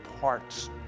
Parts